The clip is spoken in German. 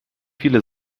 viele